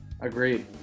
Agreed